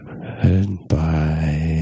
Goodbye